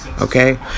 Okay